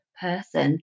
person